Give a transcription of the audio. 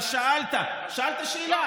אבל שאלת, שאלת שאלה.